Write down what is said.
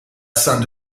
saint